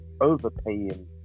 overpaying